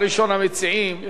יש לך שלוש דקות